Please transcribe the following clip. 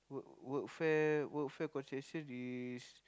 work workfare workfare concession is